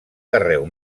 carreu